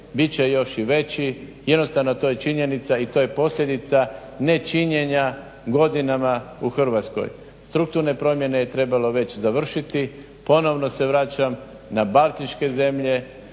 bit će još i veći, jednostavno je to i činjenica i to je i posljedica nečinjenja godinama u Hrvatskoj. Strukturne promjene je trebalo već završiti. Ponovno se vraćam na baltičke zemlje,